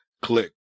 click